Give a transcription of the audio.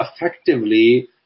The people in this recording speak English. effectively